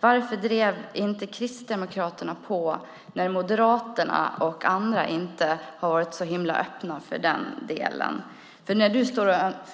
Varför drev inte Kristdemokraterna på när Moderaterna och andra inte var så öppna för det? Du